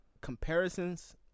comparisons